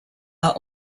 were